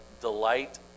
delight